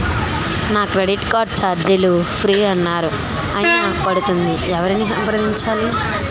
నా credit card ఛార్జీలు free అన్నారు అయినా పడుతుంది ఎవరిని సంప్రదించాలి?